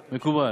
מקובל.